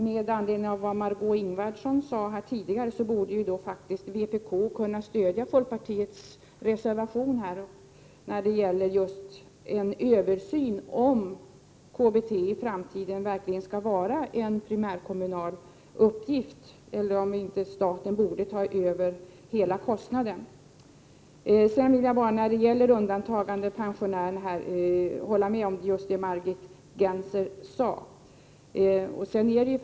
Med anledning av vad Margö Ingvardsson sade tidigare borde vpk kunna stödja folkpartiets reservation om just en översyn av om KBT i framtiden verkligen skall vara en primärkommunal uppgift eller om staten borde ta över hela kostnaden. Jag vill hålla med om just det som Margit Gennser sade om undantagandepensionärerna.